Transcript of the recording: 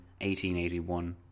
1881